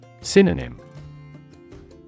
Synonym